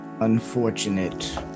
unfortunate